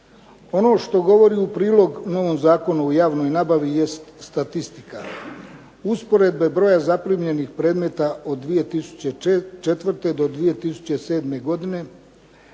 Ono što govori u prilog novom Zakonu o javnoj nabavi jest statistika. Usporedbe broja zaprimljenih predmeta od 2004. do 2007. godine